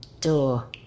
door